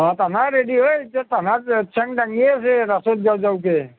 অঁ তানয়া মানে ৰেডি হৈ তনয়া ঠেং দাঙিয়ে আছে ৰাসলৈ যাওঁ যাওঁকৈ